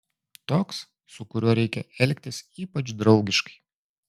toks su kuriuo reikia elgtis ypač draugiškai